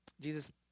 Jesus